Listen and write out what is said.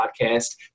Podcast